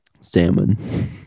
Salmon